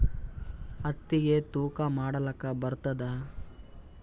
ಹತ್ತಿಗಿ ತೂಕಾ ಮಾಡಲಾಕ ಬರತ್ತಾದಾ?